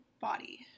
body